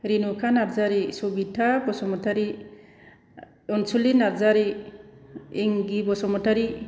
Renuka Narzary Sabita Basumatary Ansuli Narzary Ingi Basumatary